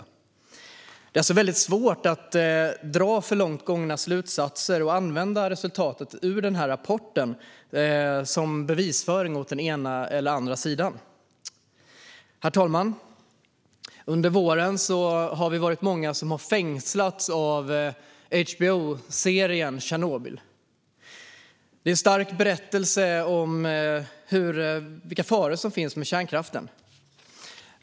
Det är alltså väldigt svårt att dra långtgående slutsatser och använda resultatet av rapporten som bevisföring åt den ena eller andra sidan. Herr talman! Under våren har vi varit många som fängslats av HBOserien Chernobyl . Det är en stark berättelse om vilka faror som finns med kärnkraften.